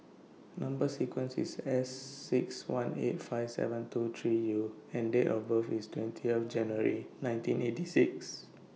Number sequence IS S six one eight five seven two three U and Date of birth IS twentieth January nineteen eighty six